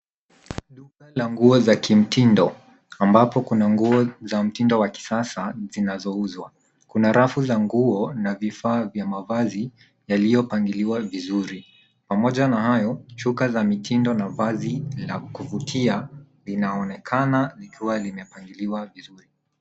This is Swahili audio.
Duka la nguo za kimtindo ambapo kuna nguo za mtindo wa kisasa zinazouzwa. Kuna rafu za nguo na vifaa vya mavazi yaliyopangiliwa vizuri. Pamoja na hayo chuka za mitindo na vazi la kuvutia linaonekana likiwa limepangiliwa vizuri.